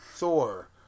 Thor